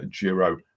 Giro